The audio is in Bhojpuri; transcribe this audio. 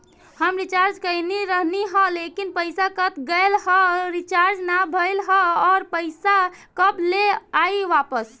हम रीचार्ज कईले रहनी ह लेकिन पईसा कट गएल ह रीचार्ज ना भइल ह और पईसा कब ले आईवापस?